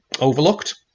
overlooked